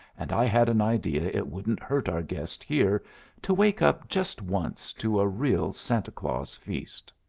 and i had an idea it wouldn't hurt our guest here to wake up just once to a real santa claus feast.